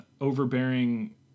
overbearing